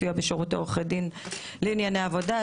סיוע בשירותי עורכי דין לענייני עבודה,